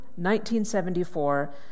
1974